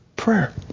prayer